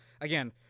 again